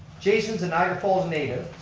jason's a niagara falls native.